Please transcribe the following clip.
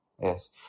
Yes